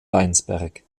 weinsberg